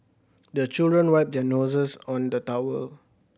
the children wipe their noses on the towel